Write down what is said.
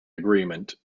agreement